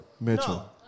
mitchell